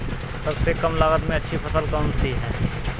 सबसे कम लागत में अच्छी फसल कौन सी है?